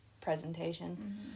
presentation